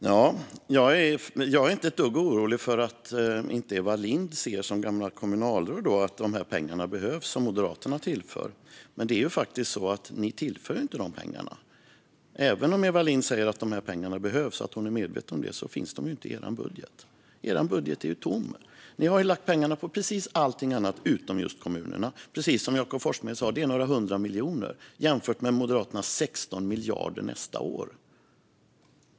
Herr talman! Jag är inte ett dugg orolig för att Eva Lindh som gammalt kommunalråd inte skulle se att de pengar som Moderaterna tillför behövs. Men ni tillför faktiskt inte de här pengarna. Även om Eva Lindh säger att pengarna behövs och att hon är medveten om det finns de inte i er budget. Er budget är tom. Ni har lagt pengarna på precis allting annat utom just på kommunerna. Precis som Jakob Forssmed sa är det några hundra miljoner, jämfört med Moderaternas 16 miljarder nästa år.